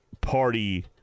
party